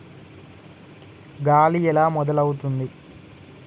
గాలి ఎలా మొదలవుతుంది?